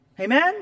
Amen